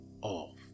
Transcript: off